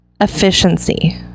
Efficiency